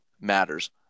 matters